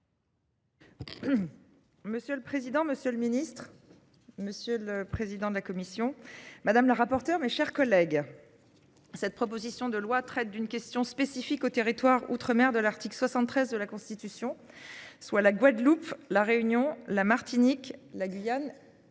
Monsieur le président, Monsieur le Ministre. Monsieur le président de la commission, madame la rapporteure, mes chers collègues. Cette proposition de loi traite d'une question spécifique au territoire outre-mer de l'article 73 de la Constitution soit la Guadeloupe la Réunion la Martinique la Guyane.